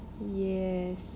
yes